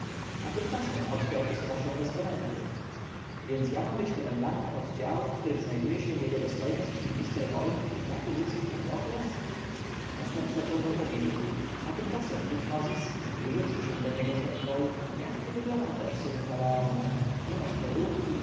a tymczasem oddział posuwa się bez komendy więc ja mam być komendantem oddziału w którym znajduje się jego dostojność minister wojny i taki wódz jak patrokles następca tronu umilkł a tymczasem tutmozis zbliżywszy się do niego szeptał jak ty wyglądasz synu faraona nie masz peruki